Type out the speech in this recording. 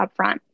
upfront